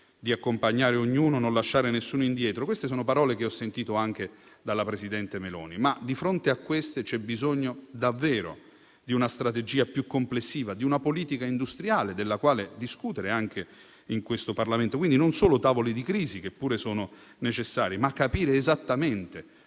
di accompagnare ognuno e non lasciare nessuno indietro: queste sono parole che ho sentito anche dalla presidente Meloni, ma di fronte a queste c'è bisogno davvero di una strategia più complessiva, di una politica industriale della quale discutere anche in Parlamento. Occorrono pertanto non solo tavoli di crisi, che pure sono necessari, ma anche capire esattamente